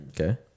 Okay